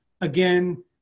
again